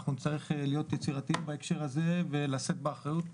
אנחנו נצטרך להיות יצירתיים בהקשר הזה ולשאת באחריות.